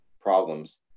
problems